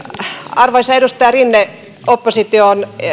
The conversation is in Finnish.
arvoisa edustaja rinne opposition